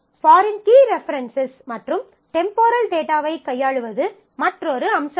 foreign key references மற்றும் temporal டேட்டாவைக் கையாளுவது மற்றொரு அம்சமாகும்